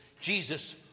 Jesus